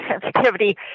sensitivity